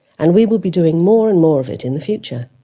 and we will be doing more and more of it in the future.